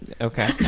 okay